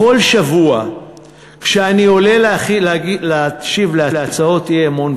בכל שבוע כשאני עולה להשיב על הצעות אי-אמון,